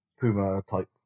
Puma-type